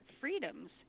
freedoms